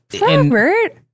Robert